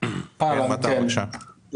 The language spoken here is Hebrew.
מוקצים-